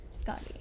scotty